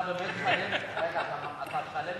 אתה באמת שלם, רגע, אתה שלם